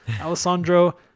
Alessandro